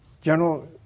general